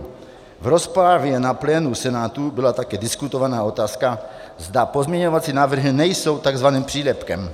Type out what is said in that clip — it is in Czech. V rozpravě na plénu Senátu byla také diskutována otázka, zda pozměňovací návrhy nejsou takzvaným přílepkem.